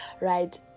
right